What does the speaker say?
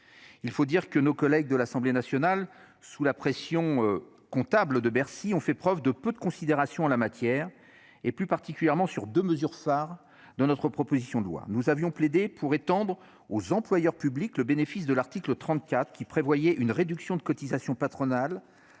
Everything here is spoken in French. Il faut dire que nos collègues de l'Assemblée nationale, sous la pression comptable de Bercy ont fait preuve de peu de considération en la matière et plus particulièrement sur 2 mesures phares dans notre proposition de loi, nous avions plaidé pour étendre aux employeurs publics. Le bénéfice de l'article 34 qui prévoyait une réduction de cotisations patronales